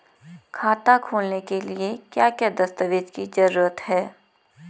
खाता खोलने के लिए क्या क्या दस्तावेज़ की जरूरत है?